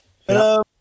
Hello